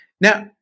Now